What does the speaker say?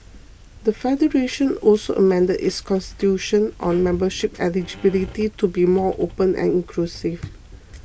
the federation also amended its constitution on membership eligibility to be more open and inclusive